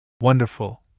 Wonderful